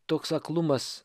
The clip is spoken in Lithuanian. toks aklumas